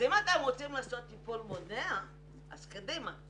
אם אתם רוצים לעשות טיפול מונע, קדימה.